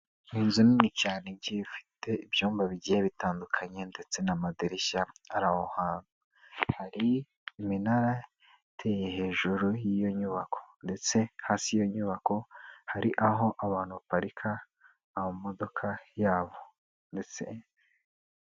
Inzu nini cyane igiye ifite ibyumba bigiye bitandukanye, ndetse n'amadirishya ari aho hantu, hari iminara iteye hejuru y'iyo nyubako, ndetse hasi y'iyo nyubako hari aho abantu baparika amamodoka yabo, ndetse.